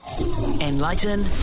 enlighten